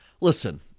listen